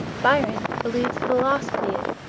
byron alludes to the lost pleiad